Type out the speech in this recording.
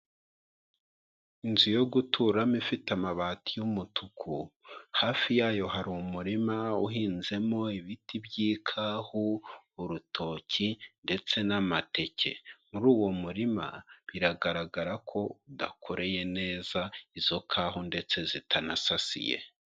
Inzu yo guturamo ifite amabati y'umutuku, hafi yayo hari umurima uhinzemo ibiti by'ikahu, urutoki ndetse n'amateke, muri uwo murima biragaragara ko udakoreye neza, izo kahu ndetse zitanasasiye.